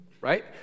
right